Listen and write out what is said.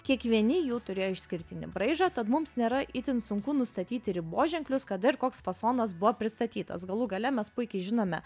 kiekvieni jų turėjo išskirtinį braižą tad mums nėra itin sunku nustatyti riboženklius kada ir koks fasonas buvo pristatytas galų gale mes puikiai žinome